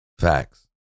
Facts